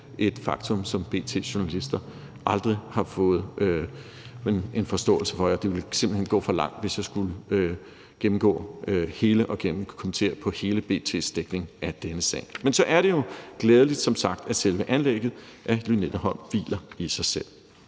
et faktum, som B.T.'s journalister aldrig har fået en forståelse af. Det ville simpelt hen føre for vidt, hvis jeg skulle gennemgå og kommentere på hele B.T.s dækning af denne sag; men så er det jo som sagt glædeligt, at selve anlægget af Lynetteholm hviler i sig selv.